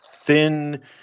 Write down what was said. thin